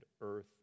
earth